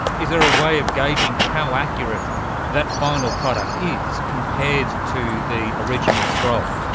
is there a way of gauging how accurate that final product is compared to the original scroll?